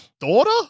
daughter